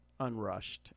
unrushed